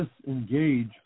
disengage